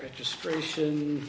registration